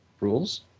rules